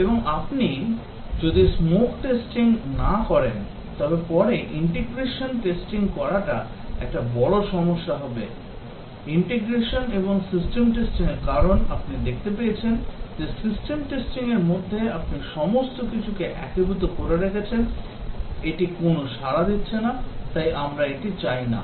এবং আপনি যদি smoke testing না করেন তবে পরে ইন্টিগ্রেশন করাটা একটি বড় সমস্যা হবে ইন্টিগ্রেশন এবং সিস্টেম টেস্টিং কারণ আপনি দেখতে পেয়েছেন যে সিস্টেম টেস্টিংয়ের মধ্যে আপনি সমস্ত কিছুকে একীভূত করে রেখেছেন এটি কোনও সাড়া দিচ্ছে না তাই আমরা এটি চাই না